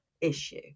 issue